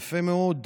יפה מאוד,